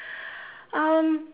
um